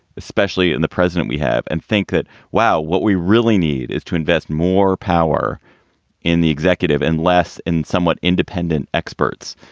especially in the president we have and think that, wow, what we really need is to invest more power in the executive and less in somewhat independent experts.